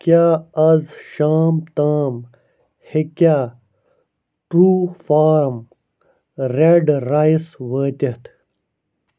کیٛاہ اَز شام تام ہٮ۪کیٛاہ ٹرٛوٗ فارٕم رٮ۪ڈ رایس وٲتِتھ